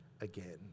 again